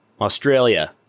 Australia